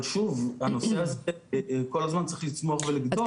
אבל שוב, הנושא הזה כל הזמן צריך לצמוח ולגדול.